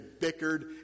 bickered